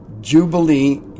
Jubilee